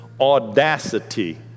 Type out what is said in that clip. audacity